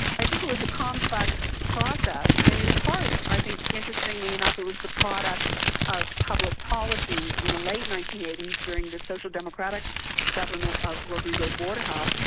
i think it was a complex process, and in part i think interestingly enough it was the product of public policies in the late nineteen eighty s during the social democratic government of rodrigo borja,